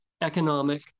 economic